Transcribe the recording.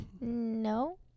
No